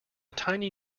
tiny